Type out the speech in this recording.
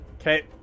Okay